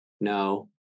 No